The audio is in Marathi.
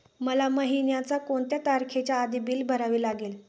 मला महिन्याचा कोणत्या तारखेच्या आधी बिल भरावे लागेल?